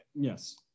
Yes